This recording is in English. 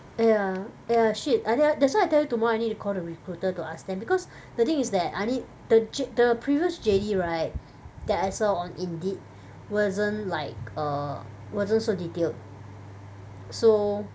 ya ya shit I tel~ that's why I tell you tomorrow I need to call the recruiter to ask them because the thing is that I need the J~ the previous J_D right that I saw on Indeed wasn't like err wasn't so detailed so